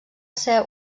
ser